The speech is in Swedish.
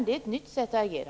Det är ett nytt sätt att agera.